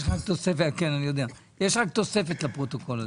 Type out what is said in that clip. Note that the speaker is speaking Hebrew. יש רק תוספת לפרוטוקול הזה.